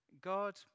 God